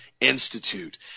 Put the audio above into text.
Institute